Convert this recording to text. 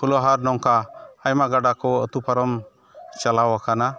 ᱯᱷᱩᱞᱳᱦᱟᱨ ᱱᱚᱝᱠᱟ ᱟᱭᱢᱟ ᱜᱟᱰᱟᱠᱚ ᱟᱛᱩ ᱯᱟᱨᱚᱢ ᱪᱟᱞᱟᱣ ᱠᱟᱱᱟ